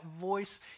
voice